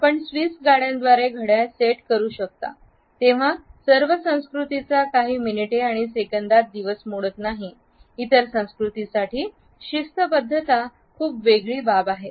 आपण स्विस गाड्यांद्वारे घड्याळ सेट करू शकता तेव्हा सर्व संस्कृतींचा काही मिनिटे आणि सेकंदात दिवस मोडत नाही इतर संस्कृतींसाठी शिस्तबद्धता खूप वेगळी बाब आहे